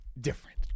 different